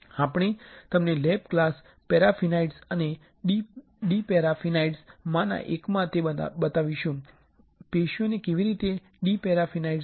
આપણે તમને lab class paraffinized અને ડિપેરાફિનાઇઝ્ડ માના એકમાં તે બતાવીશું કે પેશીઓને કેવી રીતે ડિપેરાફિનાઇઝ્ડ કરવું